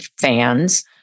fans